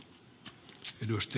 arvoisa puhemies